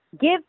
give